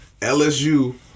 LSU